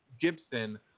Gibson